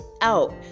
out